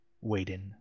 waiting